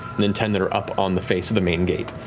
and then ten that are up on the face of the main gate.